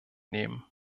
nehmen